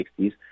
1960s